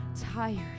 tired